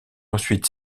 ensuite